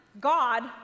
God